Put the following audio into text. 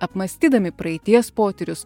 apmąstydami praeities potyrius